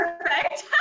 perfect